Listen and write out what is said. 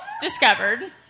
discovered